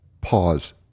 pause